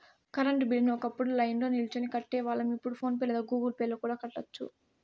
current బిల్లుని ఒకప్పుడు లైన్ల్నో నిల్చొని కట్టేవాళ్ళం, ఇప్పుడు ఫోన్ పే లేదా గుగుల్ పే ద్వారా కూడా కట్టొచ్చు